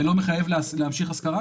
ולא מחייב להמשיך השכרה?